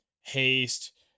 haste